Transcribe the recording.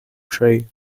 tray